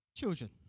Children